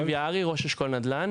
נדל"ן,